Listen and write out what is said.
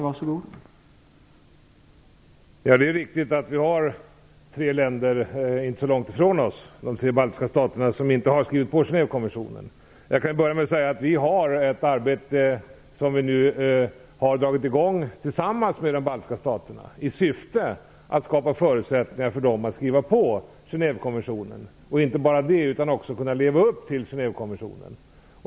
Herr talman! Det är riktigt att vi har tre länder inte så långt ifrån oss som inte har skrivit på Genèvekonventionen, nämligen de tre baltiska staterna. Låt mig börja med att säga att vi nu har dragit i gång ett arbete tillsammans med baltiska staterna i syfte att skapa förutsättningar för dem att skriva på Genèvekonventionen och även kunna leva upp till den.